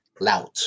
loud